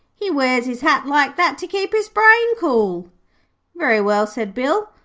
he wears his hat like that to keep his brain cool very well said bill.